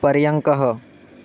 पर्यङ्कः